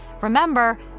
Remember